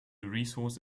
resource